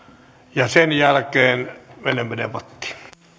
ja sen jälkeen menemme debattiin